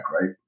right